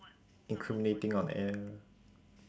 incriminating on air